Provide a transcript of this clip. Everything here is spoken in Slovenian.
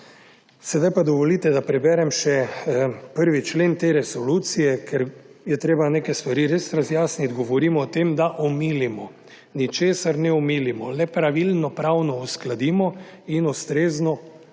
Sedaj pa dovolite, da preberem še 1. člen te Resolucije, ker je treba neke stvari res razjasniti. Govorimo o tem, da omilimo. Ničesar ne omilimo, le pravilno pravno uskladimo in ustrezno